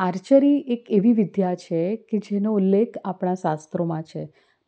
archery એક એવી વિદ્યા છે કે જેનો ઉલ્લેખ આપણાં શાસ્ત્રોમાં છે